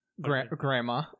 Grandma